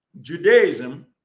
Judaism